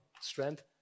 strength